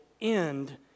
end